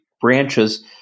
branches